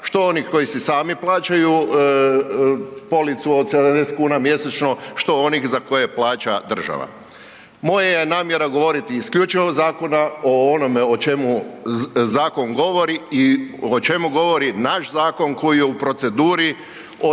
što onih koji si sami plaćaju policu od 70 kuna mjesečno, što onih za koje plaća država. Moja je namjera govoriti isključivo o zakonu o onome o čemu zakon govori i o čemu govori naš zakon koji je u proceduri od